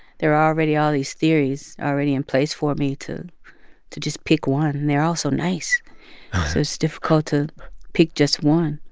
there were already all these theories already in place for me to to just pick one, and they're all so nice, so it's difficult to pick just one.